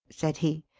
said he.